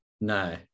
No